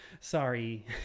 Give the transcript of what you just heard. sorry